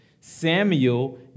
Samuel